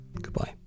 Goodbye